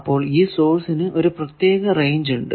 അപ്പോൾ ഈ സോഴ്സിന് ഒരു പ്രത്യേക റേഞ്ച് ഉണ്ട്